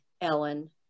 Ellen